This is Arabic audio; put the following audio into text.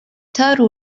تارو